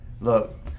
look